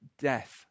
death